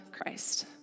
Christ